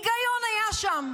היגיון היה שם.